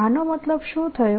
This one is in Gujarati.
આનો મતલબ શું થયો